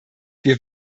wir